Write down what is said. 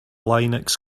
linux